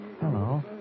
Hello